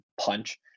punch